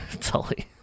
Tully